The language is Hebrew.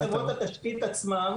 הפתרון הוא כרגע רק לחברות התשתית עצמן,